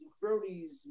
Brody's